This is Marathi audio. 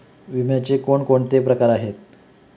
विम्याचे कोणकोणते प्रकार आहेत?